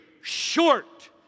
short